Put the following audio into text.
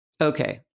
Okay